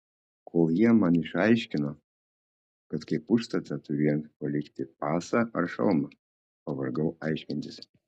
kol jie man išaiškino kad kaip užstatą turiu jiems palikti pasą ar šalmą pavargau aiškintis